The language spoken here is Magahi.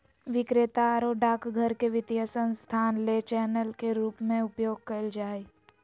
विक्रेता आरो डाकघर के वित्तीय संस्थान ले चैनल के रूप में उपयोग कइल जा हइ